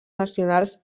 nacionals